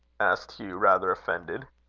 asked hugh, rather offended.